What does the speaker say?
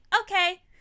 okay